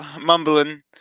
mumbling